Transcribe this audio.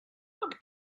what